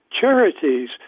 charities